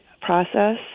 process